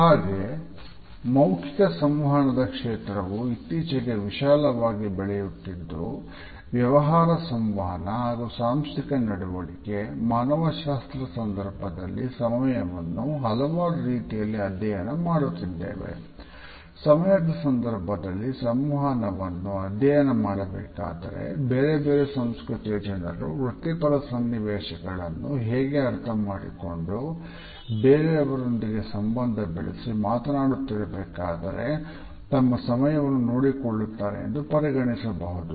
ಹಾಗೆ ಮೌಖಿಕ ಸಂವಹನದ ಕ್ಷೇತ್ರವು ಇತ್ತೀಚೆಗೆ ವಿಶಾಲವಾಗಿ ಬೆಳೆಯುತ್ತಿದ್ದು ವ್ಯವಹಾರ ಸಂವಹನ ಮತ್ತು ಸಾಂಸ್ಥಿಕ ನಡವಳಿಕೆ ಮಾನವಶಾಸ್ತ್ರ ಸಂವಹನವನ್ನು ಅಧ್ಯಯನ ಮಾಡಬೇಕಾದರೆ ಬೇರೆ ಬೇರೆ ಸಂಸ್ಕೃತಿಯ ಜನರು ವೃತ್ತಿಪರ ಸನ್ನಿವೇಶಗಳನ್ನು ಹೇಗೆ ಅರ್ಥ ಮಾಡಿಕೊಂಡು ಬೇರೆಯವರೊಂದಿಗೆ ಸಂಬಂಧ ಬೆಳೆಸಿ ಮಾತನಾಡುತ್ತಿರಬೇಕಾದರೆ ತಮ್ಮ ಸಮಯವನ್ನು ನೋಡಿಕೊಳ್ಳುತ್ತಾರೆ ಎಂದು ಪರಿಗಣಿಸಬಹುದು